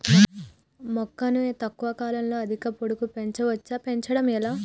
మొక్కను తక్కువ కాలంలో అధిక పొడుగు పెంచవచ్చా పెంచడం ఎలా?